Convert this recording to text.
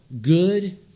good